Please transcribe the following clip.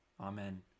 Amen